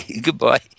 goodbye